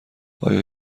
آیا